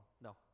No